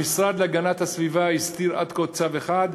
המשרד להגנת הסביבה הסדיר עד כה צו אחד,